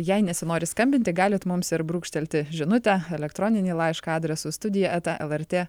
jei nesinori skambinti galite mums ir brūkštelti žinutę elektroninį laišką adresu studija eta lrt